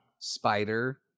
Spider